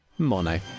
mono